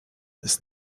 ist